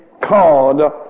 called